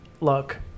look